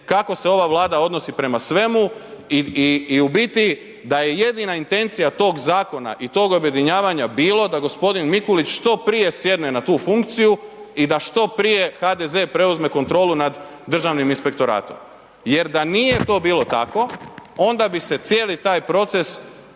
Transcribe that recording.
kako se ova Vlada odnosi prema svemu i u biti da je jedina intencija tog zakona o tog objedinjavanja bilo da gospodin Mikulić što prije sjedne na tu funkciju i da što prije HDZ preuzme kontrolu nad Državnim inspektoratom. Jer da nije to bilo tako onda bi se cijeli taj proces